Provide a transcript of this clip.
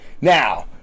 now